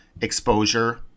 exposure